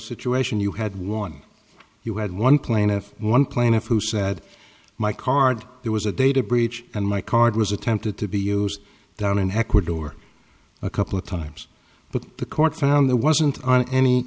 situation you had one you had one plaintiff one plaintiff who said my card there was a data breach and my card was attempted to be used down in ecuador a couple of times but the court found there wasn't on any